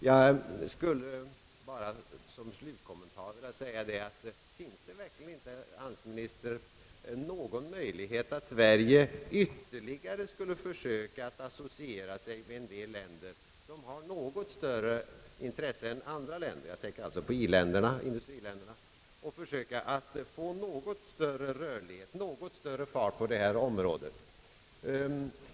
Jag skulle bara som slutkommentar vilja fråga: Finns det inte, herr handelsminister, någon möjlighet att Sverige ytterligare skulle försöka att associera sig med en del länder som har något större intresse än andra länder — jag tänker alltså på i-länderna, industriländerna — och försöka få något ökad rörlighet, något större fart på det hela?